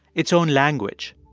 its own language.